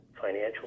financial